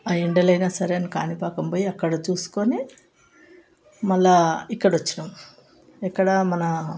ఆ ఎండలైనా సరే అని కాణిపాకం పోయి అక్కడ చూసుకొని మళ్ళా ఇక్కడ వచ్చినాం ఎక్కడ మన